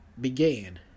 Began